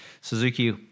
Suzuki